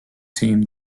team